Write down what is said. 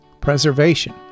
preservation